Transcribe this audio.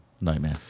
Nightmare